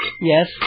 yes